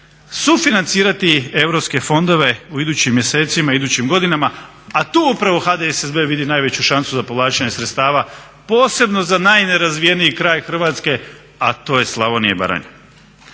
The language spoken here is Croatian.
sufinancirati europske fondove u idućim mjesecima, idućim godinama a tu upravo HDSSB vidi najveću šansu za povlačenje sredstava, posebno za najnerazvijeniji kraj Hrvatske a to je Slavonija i Baranja.